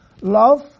Love